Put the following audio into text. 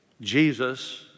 Jesus